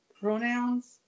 pronouns